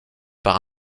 par